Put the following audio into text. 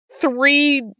three